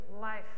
life